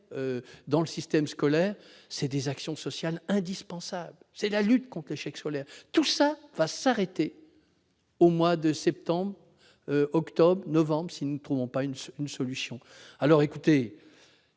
dans le système scolaire, ils mènent des actions sociales indispensables : c'est la lutte contre l'échec scolaire. Tout cela va s'arrêter au mois d'octobre, au mois de novembre, si nous ne trouvons pas une solution. Parfois,